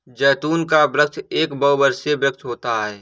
जैतून का वृक्ष एक बहुवर्षीय वृक्ष होता है